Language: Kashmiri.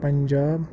پنٛجاب